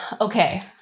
Okay